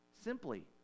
Simply